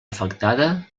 afectada